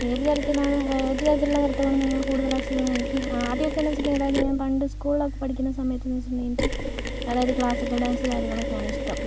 ഏത് തരത്തിലാണ് ഏതു തരത്തിലുള്ള ന്യത്തമാണ് നിങ്ങൾ കൂടുതലാസ്വദിക്കുന്നത് എനിക്ക് ആദ്യമൊക്കെയെന്ന് വെച്ചിട്ടുണ്ടെങ്കിൽ അതായത് ഞാൻ പണ്ട് സ്കൂളിലൊക്കെ പഠിക്കുന്ന സമയത്ത് എന്നു വെച്ചിട്ടുണ്ടെങ്കിൽ എനിക്ക് അതായത് ക്ലാസിക്കൽ ഡാൻസ് കാര്യങ്ങളൊക്കെയാണിഷ്ടം